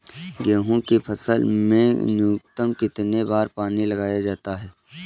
गेहूँ की फसल में न्यूनतम कितने बार पानी लगाया जाता है?